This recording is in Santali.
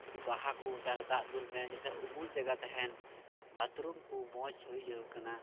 ᱡᱩᱫᱤ ᱵᱟᱦᱟ ᱠᱚ ᱛᱟᱦᱚᱞᱮ ᱫᱟᱜ ᱫᱩᱞ ᱢᱮ ᱩᱢᱩᱞ ᱡᱟᱭᱜᱟ ᱛᱟᱦᱮᱱ ᱵᱟᱛᱷᱨᱩᱢ ᱠᱚ ᱢᱚᱡᱽ ᱦᱩᱭᱩᱜ ᱡᱟᱹᱨᱩᱲ ᱠᱟᱱᱟ